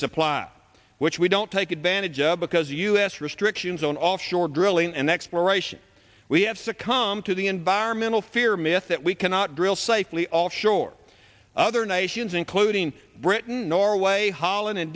supply which we don't take advantage of because of us restrictions on offshore drilling and exploration we have succumbed to the environmental fear myth that we cannot drill safely offshore other nations including britain norway holland